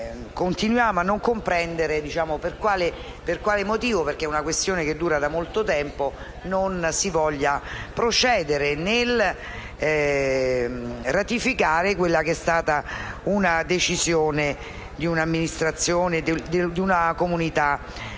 continuiamo a non comprendere per quale motivo - è una questione che dura da molto tempo - non si voglia procedere nel senso di ratificare una decisione di un'amministrazione e di una comunità